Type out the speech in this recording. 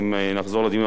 אם נחזור לדיון,